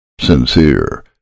sincere